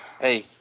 Hey